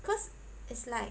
cause it's like